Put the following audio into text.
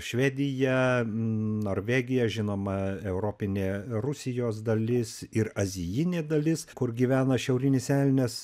švedija norvegija žinoma europinė rusijos dalis ir azijinė dalis kur gyvena šiaurinis elnias